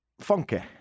funky